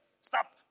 Stop